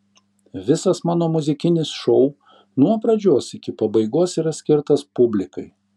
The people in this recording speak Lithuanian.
visas mano muzikinis šou nuo pradžios iki pabaigos yra skirtas publikai